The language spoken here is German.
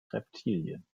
reptilien